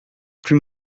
plus